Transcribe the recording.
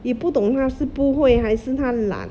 也不懂他是不会还是他懒